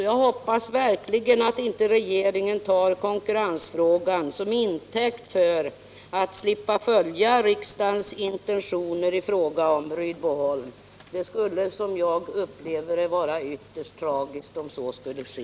Jag hoppas därför verkligen att regeringen inte tar konkurrensskälet till intäkt för att inte följa riksdagens intentioner i fråga om Rydboholm. Det skulle, som jag upplever det, vara ytterst tragiskt om så skulle ske.